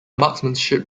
marksmanship